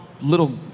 little